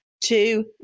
two